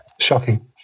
shocking